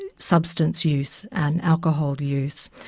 and substance use and alcohol use,